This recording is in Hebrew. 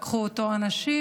לקחו אותו אנשים,